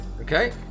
Okay